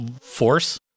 force